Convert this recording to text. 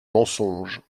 mensonge